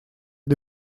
для